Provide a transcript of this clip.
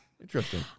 Interesting